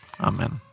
amen